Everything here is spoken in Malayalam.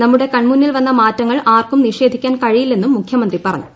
നമ്മുടെ കൺമുന്നിൽ വന്ന മാറ്റങ്ങൾ ആർക്കും നിഷേധിക്കാൻ കഴിയില്ലെന്നും മുഖ്യമന്ത്രി പറഞ്ഞു